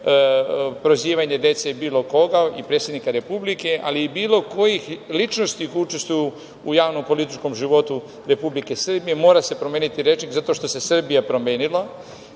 prozivanje dece bilo koga i predsednika Republike, ali i bilo kojih ličnosti koje učestvuju u javnom političkom životu Republike Srbije. Mora se promeniti rečnik zato što se Srbija promenila